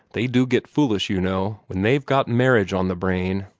they do get foolish, you know, when they've got marriage on the brain.